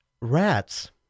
Rats